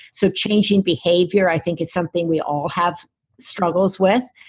so changing behavior, i think, is something we all have struggles with.